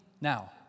now